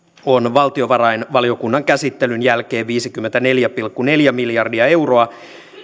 on valtiovarainvaliokunnan käsittelyn jälkeen viisikymmentäneljä pilkku neljä miljardia euroa